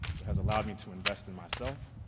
but has allowed me to invest in myself,